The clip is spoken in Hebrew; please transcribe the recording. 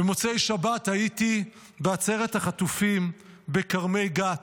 במוצאי שבת הייתי בעצרת החטופים בכרמי גת.